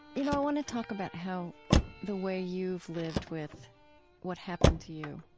you know, i want to talk about how the way you've lived with what happened to you.